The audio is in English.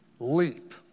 LEAP